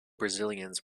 brazilians